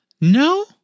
No